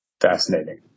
Fascinating